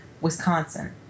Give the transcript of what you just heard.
Wisconsin